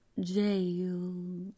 jail